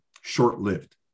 short-lived